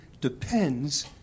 depends